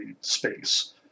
space